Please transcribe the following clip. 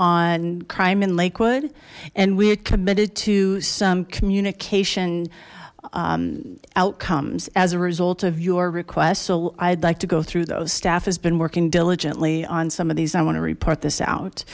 on crime in lakewood and we're committed to some communication outcomes as a result of your request so i'd like to go through those staff has been working diligently on some of these i want to report this out